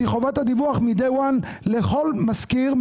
שהוא חובת הדיווח מ-Day One לכל משכיר,